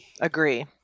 Agree